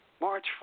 March